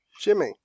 Jimmy